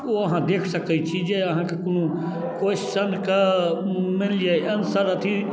ओ अहाँ देखि सकै छी जे अहाँके कोनो क्वेस्चनके मानि लिअऽ आन्सर अथी